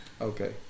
Okay